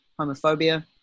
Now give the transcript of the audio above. homophobia